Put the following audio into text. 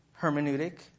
hermeneutic